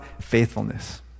faithfulness